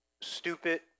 stupid